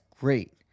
great